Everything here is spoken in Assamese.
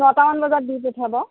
ছটামান বজাত দি পঠিয়াব